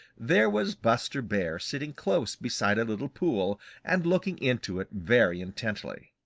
there was buster bear sitting close beside a little pool and looking into it very intently.